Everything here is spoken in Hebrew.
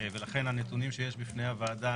ולכן הנתונים שיש בפני הוועדה,